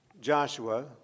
Joshua